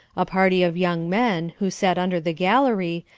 a party of young men, who sat under the gallery,